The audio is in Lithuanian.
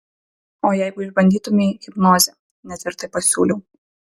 o jeigu išbandytumei hipnozę netvirtai pasiūliau